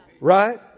Right